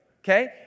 Okay